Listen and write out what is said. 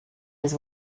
his